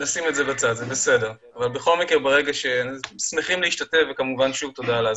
בכל מקרה שמחים להשתתף ותודה על ההזמנה.